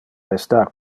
restar